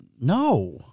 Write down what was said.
No